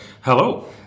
Hello